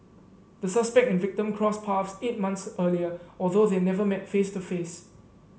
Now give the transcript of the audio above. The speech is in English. the suspect and victim crossed paths eight months earlier although they never met face to face